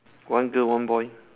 one girl one boy